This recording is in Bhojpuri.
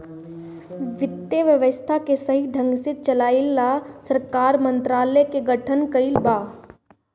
वित्त व्यवस्था के सही ढंग से चलाये ला सरकार मंत्रालय के गठन कइले बा